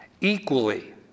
equally